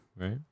right